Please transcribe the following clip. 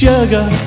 Sugar